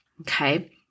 okay